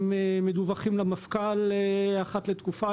והם מדווחים למפכ"ל אחת לתקופה.